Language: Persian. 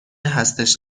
هستش